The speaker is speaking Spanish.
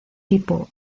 tipo